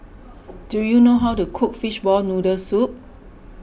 do you know how to cook Fishball Noodle Soup